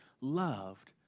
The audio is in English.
loved